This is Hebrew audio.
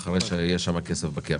אחרי שיהיה כסף בקרן.